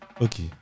okay